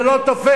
זה לא תופס.